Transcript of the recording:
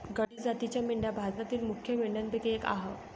गड्डी जातीच्या मेंढ्या भारतातील मुख्य मेंढ्यांपैकी एक आह